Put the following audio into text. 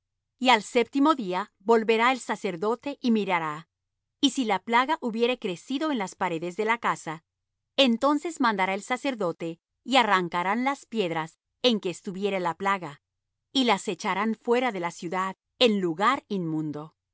y al séptimo día volverá el sacerdote y mirará y si la plaga hubiere crecido en las paredes de la casa entonces mandará el sacerdote y arrancarán las piedras en que estuviere la plaga y las echarán fuera de la ciudad en lugar inmundo